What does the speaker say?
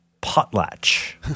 Potlatch